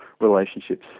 relationships